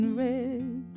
red